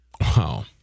Wow